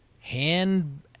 Hand